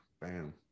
Bam